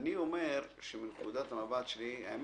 אני אומר שמנקודת המבט שלי האמת,